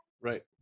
Right